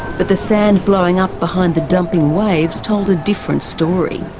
but the sand blowing up behind the dumping waves told a different story.